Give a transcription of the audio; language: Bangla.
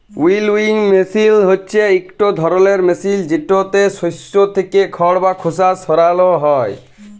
উইলউইং মেসিল হছে ইকট ধরলের মেসিল যেটতে শস্য থ্যাকে খড় বা খোসা সরানো হ্যয়